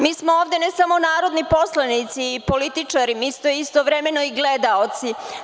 Mi smo ovde ne samo narodni poslanici i političari, mi smo istovremeno i gledaoci.